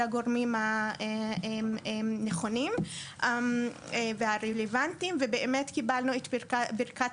הגורמים הנכונים והרלבנטיים ובאמת קיבלנו את ברכת